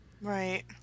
right